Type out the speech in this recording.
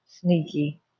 sneaky